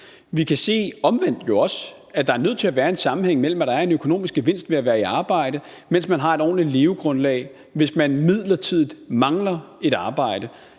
Vi kan jo omvendt også se, at der er nødt til at være en sammenhæng mellem det, at der er en økonomisk gevinst ved at være i arbejde, og det, at man har et ordentligt levegrundlag, hvis man midlertidigt mangler et arbejde.